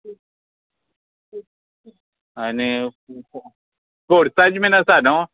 आनी स्पोस्टसाचे बीन आसा न्हू